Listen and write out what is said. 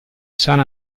san